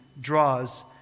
draws